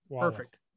Perfect